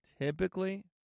Typically